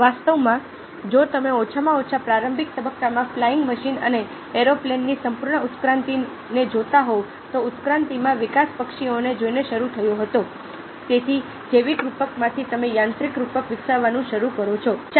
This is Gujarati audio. વાસ્તવમાં જો તમે ઓછામાં ઓછા પ્રારંભિક તબક્કામાં ફ્લાઇંગ મશીન અને એરોપ્લેનની સંપૂર્ણ ઉત્ક્રાંતિને જોતા હોવ તો ઉત્ક્રાંતિમાં વિકાસ પક્ષીઓને જોઈને શરૂ થયો હતો તેથી જૈવિક રૂપકમાંથી તમે યાંત્રિક રૂપક વિકસાવવાનું શરૂ કરો છો